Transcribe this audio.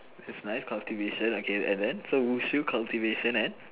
this is nice cultivation okay and then so 武术:wushu cultivation and